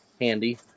handy